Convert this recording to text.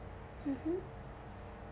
mmhmm